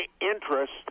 interest